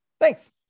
thanks